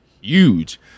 Huge